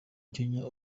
kenya